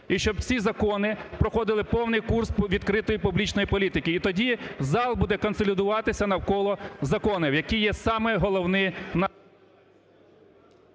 і щоб ці закони проходили повний курс відкритою публічної політики і тоді зал буде консолідуватися навколо законів, які є самі головні